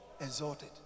exalted